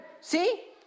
See